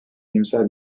iyimser